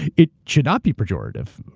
it should not be pejorative.